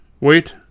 Wait